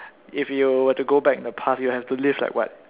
if you were to go back in the past you have you live like what